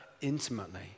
Intimately